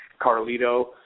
Carlito